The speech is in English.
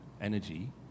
energy